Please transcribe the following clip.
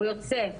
הוא יוצא,